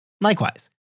Likewise